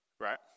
Right